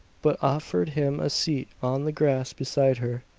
but offered him a seat on the grass beside her.